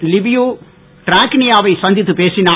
லிவியூ Dragnea வை சந்தித்து பேசினார்